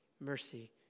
Mercy